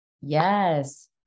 Yes